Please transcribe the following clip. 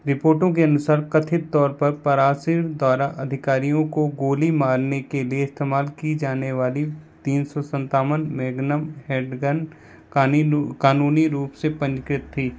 रिपोर्टों के अनुसार कथित तौर पर पारासिर्न द्वारा अधिकारियों को गोली मारने के लिए इस्तेमाल की जाने वाली तीन सौ सन्तावन मैग्नम हैंडगन कानिनु कानूनी रूप से पनीकृत थी